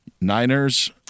Niners